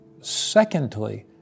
Secondly